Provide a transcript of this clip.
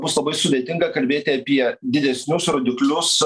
bus labai sudėtinga kalbėti apie didesnius rodiklius